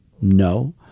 No